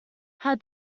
how